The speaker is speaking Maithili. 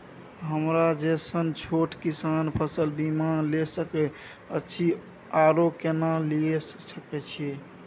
हमरा जैसन छोट किसान फसल बीमा ले सके अछि आरो केना लिए सके छी?